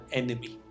enemy